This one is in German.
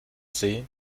sie